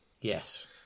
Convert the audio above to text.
Yes